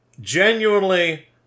genuinely